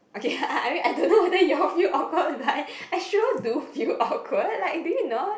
okay I I mean whether you all feel awkward but I sure do feel awkward like do you not